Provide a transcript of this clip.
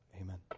Amen